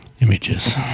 Images